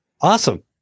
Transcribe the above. Awesome